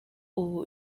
ubu